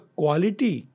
quality